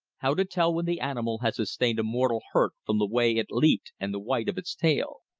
how to tell when the animal had sustained a mortal hurt from the way it leaped and the white of its tail.